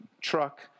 truck